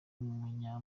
umunya